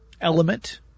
element